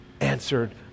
answered